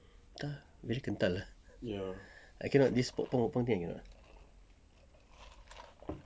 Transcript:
entah very kental ah I cannot this pop punk pop punk thing ah